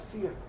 fear